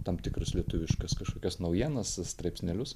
tam tikrus lietuviškas kažkokias naujienas straipsnelius